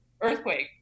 earthquake